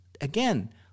again